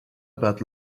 about